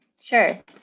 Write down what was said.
sure